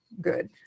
Good